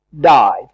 died